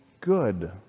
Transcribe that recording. good